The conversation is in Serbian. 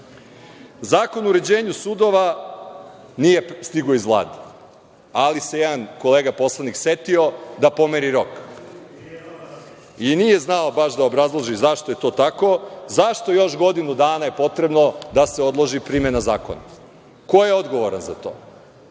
o uređenju sudova nije stigao iz Vlade, ali se jedan kolega poslanik setio da pomeri rok. Nije znao baš da obrazloži zašto je to tako, zašto je još godinu dana potrebno da se odloži primena zakona. Ko je odgovoran za to?